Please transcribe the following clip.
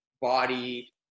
body